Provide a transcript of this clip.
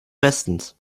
bestens